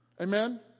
Amen